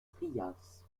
trias